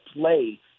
play